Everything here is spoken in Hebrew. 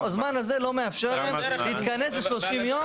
הזמן הזה לא מאפשר להם להתכנס ל-30 יום,